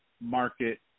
market